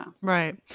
Right